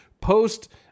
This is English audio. post